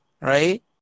right